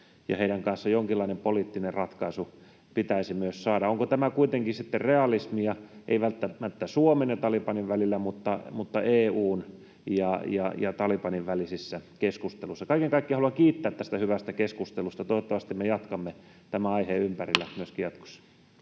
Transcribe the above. pitäisi myös saada jonkinlainen poliittinen ratkaisu? Onko tämä kuitenkin realismia — ei nyt välttämättä Suomen ja Talebanin välillä — EU:n ja Talebanin välisissä keskusteluissa? Kaiken kaikkiaan haluan kiittää tästä hyvästä keskustelusta. Toivottavasti me jatkamme tämän aiheen ympärillä [Puhemies